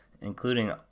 including